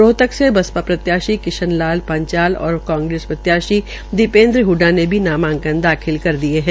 रोहतक से बासपा प्रत्याशी किशन लाल पंचाल और कांग्रेस प्रत्याशी दीपेन्द्र हडडा ने भी नामांकन दाखिल कर दिये है